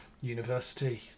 university